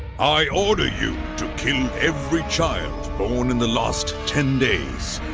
i order you to kill every child born in the last ten days,